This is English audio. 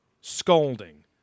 scolding